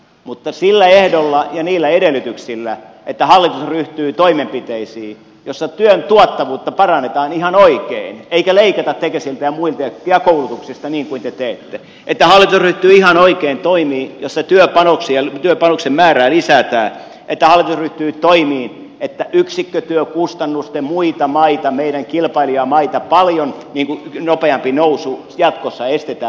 mutta sillä ehdolla ja niillä edellytyksillä että hallitus ryhtyy toimenpiteisiin joilla työn tuottavuutta parannetaan ihan oikein eikä leikata tekesiltä ja muilta ja koulutuksista niin kuin te teette että hallitus ryhtyy ihan oikein toimiin joissa työpanoksen määrää lisätään että hallitus ryhtyy toimiin jotta meidän kilpailijamaitamme paljon nopeampi yksikkökustannusten nousu jatkossa estetään